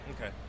Okay